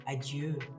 adieu